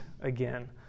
again